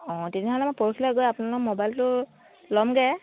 অঁ তেতিয়াহ'লে মই পৰহিলে গৈ আপোনালোকৰ মোবাইলটো ল'মগৈ